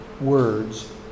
words